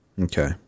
Okay